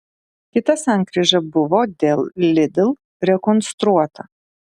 kita sankryža buvo dėl lidl rekonstruota